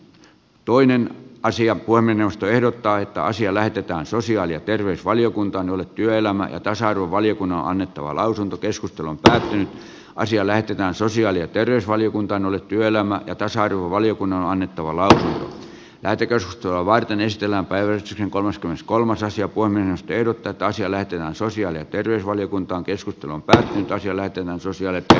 toinen asia kuin minusta ehdottaa että asia näytetään sosiaali ja terveysvaliokunta ole työelämän tasa arvovaliokunnalla annettava lausunto keskustelun tärkein asia lähetetään sosiaali ja terveysvaliokunta oli työelämä ja tasa arvovaliokunnan etualalla äitikös rouva jane stella perez ja kolmaskymmeneskolmas ja puominosti ehdotetaan siellä työ on sosiaali ja terveysvaliokuntaan keskittymään peleihin sillä tämän suosion että